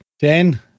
Ten